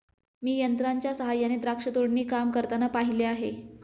मी यंत्रांच्या सहाय्याने द्राक्ष तोडणी काम करताना पाहिले आहे